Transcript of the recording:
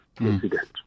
incident